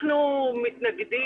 אנחנו מתנגדים.